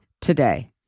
today